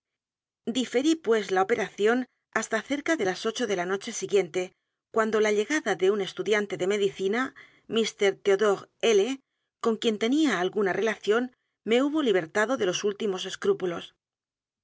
diferí pues la operación hasta cerca de las ocho de la noche siguiente cuando la llegada de un estudiante de medicina mr teod'ore l con quien tenía alguna relación me h u b o libertado de los últimos escrúpulos